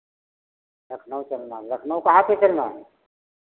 लखनऊ चलना है लखनऊ कहाँ पे चलना है